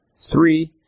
Three